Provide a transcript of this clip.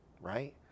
Right